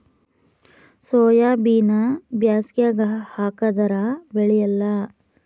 ಸೋಯಾಬಿನ ಬ್ಯಾಸಗ್ಯಾಗ ಹಾಕದರ ಬೆಳಿಯಲ್ಲಾ?